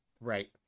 Right